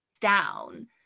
down